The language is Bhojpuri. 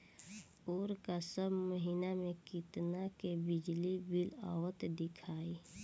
ओर का सब महीना में कितना के बिजली बिल आवत दिखाई